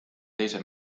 teise